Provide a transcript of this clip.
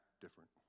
different